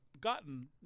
gotten